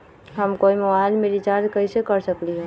हम कोई मोबाईल में रिचार्ज कईसे कर सकली ह?